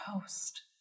host